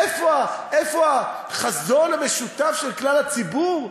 איפה, איפה החזון המשותף של כלל הציבור?